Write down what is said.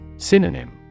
Synonym